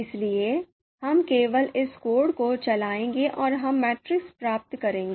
इसलिए हम केवल इस कोड को चलाएंगे और हम मैट्रिक्स प्राप्त करेंगे